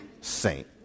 saint